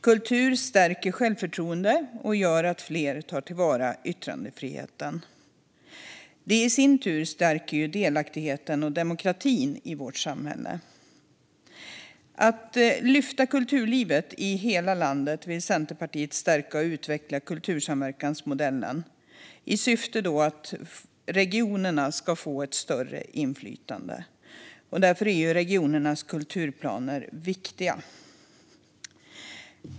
Kultur stärker självförtroende och gör att fler tar till vara yttrandefriheten. Det i sin tur stärker delaktigheten och demokratin i vårt samhälle. För att lyfta kulturlivet i hela landet vill Centerpartiet stärka och utveckla kultursamverkansmodellen med syftet att regionerna ska få ett större inflytande. Därför är regionernas kulturplaner viktiga.